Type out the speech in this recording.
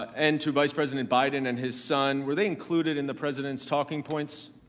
and to vice president biden and his son, were they included in the president's talking points?